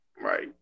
Right